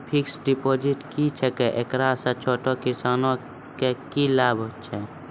Fixed deposit की छिकै, एकरा से छोटो किसानों के की लाभ छै?